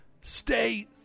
stay